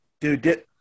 Dude